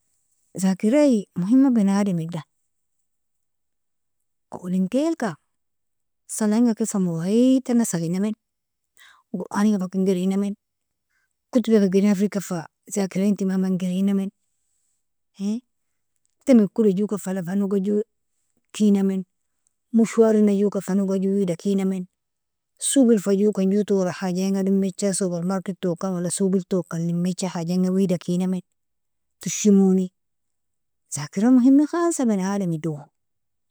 Zakirai mohima bani adam idan, awalinkelka salainga ken famawaidtana salinamin, quraninga faken garinamin kotob wake girina firgkan fa zakirain timama girinamin timiko lonjokan falafa noga jo keynamin moshwarina fa noga jo wida keynamin sogel fa jokan jotora haja inga domija supermarketoka wala sogel tojan limija hajainga wida keynamin toshimoni zakirai mohima bani adam idogo.